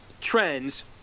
trends